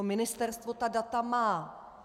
Ministerstvo ta data má.